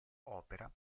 opera